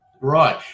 Right